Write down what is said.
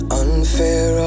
unfair